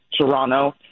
Toronto